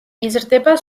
იზრდება